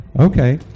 Okay